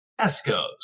ESCOs